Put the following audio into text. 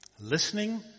listening